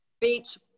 Beach